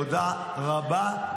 תודה רבה,